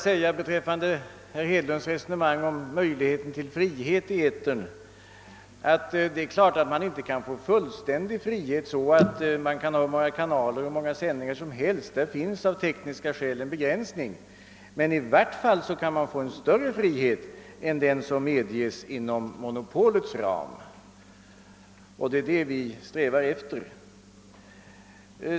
Men beträffande herr Hedlunds resonemang om möjligheten till frihet i etern vill jag säga att det är klart att man inte kan få fullständig frihet på så sätt att man kan ha hur många kanaler och hur många sändningar som helst. Det finns av tekniska skäl en begränsning, men i vart fall kan man få en större frihet än den som medges inom monopolets ram. Det är en sådan större frihet vi strävar efter.